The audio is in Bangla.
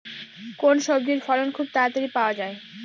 কোন সবজির ফলন খুব তাড়াতাড়ি পাওয়া যায়?